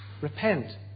Repent